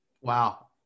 Wow